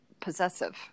possessive